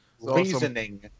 reasoning